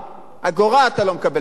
אגורה אתה לא מקבל מהמדינה.